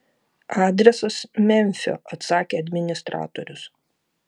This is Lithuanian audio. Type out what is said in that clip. adresas memfio atsakė administratorius